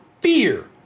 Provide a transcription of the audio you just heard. fear